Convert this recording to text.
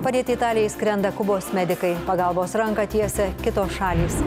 padėti italijai skrenda kubos medikai pagalbos ranką tiesia kitos šalys